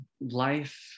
life